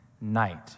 night